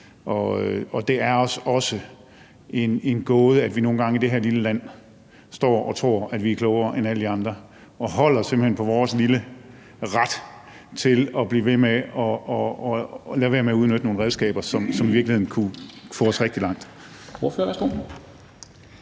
Det er os også en gåde, at vi nogle gange i det her lille land tror, at vi er klogere end alle de andre, og simpelt hen holder på vores lille ret til at blive ved med at lade være med at bruge nogle redskaber, som i virkeligheden kunne få os rigtig langt.